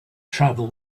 travel